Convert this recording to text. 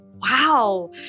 Wow